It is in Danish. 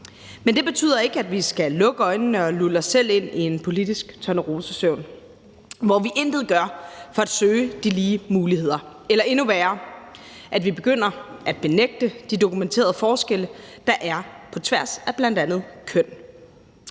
Men det betyder ikke, at vi skal lukke øjnene og lulle os selv en i en politisk tornerosesøvn, hvor vi intet gør for at søge de lige muligheder – eller endnu værre: at vi begynder at benægte de dokumenterede forskelle, der er på tværs af bl.a. køn.